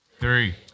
Three